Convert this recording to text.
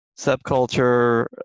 subculture